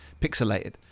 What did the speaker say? pixelated